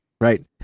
right